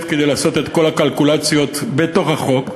כדי לעשות את כל הקלקולציות בתוך החוק,